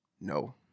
No